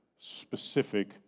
specific